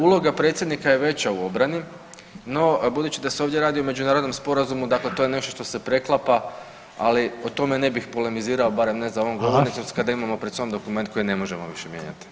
Uloga predsjednika je veća u obrani, no budući da se ovdje radi o međunarodnom sporazumu dakle to je nešto što se preklapa, ali o tome ne bih polemizirao [[Upadica Reiner: Hvala.]] barem ne za ovom govornicom kada imamo pred sobom dokument koji ne možemo više mijenjati.